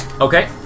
Okay